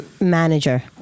manager